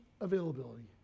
availability